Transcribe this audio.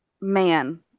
man